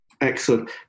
Excellent